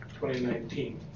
2019